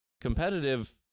competitive